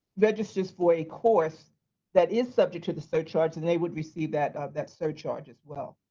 registers for a course that is subject to the surcharge, then they would receive that that surcharge as well.